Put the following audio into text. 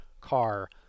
car